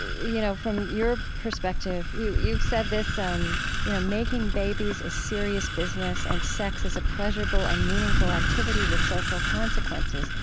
you know, from your perspective you've said this, um you know, making babies is serious business and sex is a pleasurable and meaningful activity with social consequences.